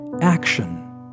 action